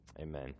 Amen